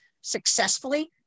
successfully